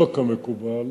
שלא כמקובל,